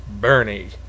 Bernie